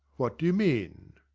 what do you mean?